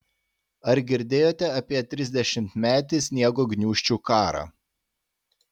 ar girdėjote apie trisdešimtmetį sniego gniūžčių karą